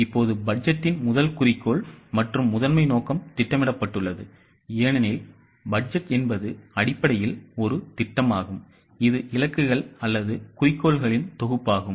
இப்போது பட்ஜெட்டின் முதல் குறிக்கோள் மற்றும் முதன்மை நோக்கம் திட்டமிடப்பட்டுள்ளது ஏனெனில் பட்ஜெட் என்பது அடிப்படையில் ஒரு திட்டமாகும் இது இலக்குகள் அல்லது குறிக்கோள்களின் தொகுப்பாகும்